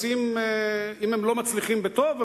ואם הם לא מצליחים בטוב,